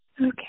Okay